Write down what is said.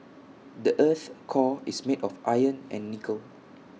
the Earth's core is made of iron and nickel